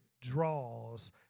draws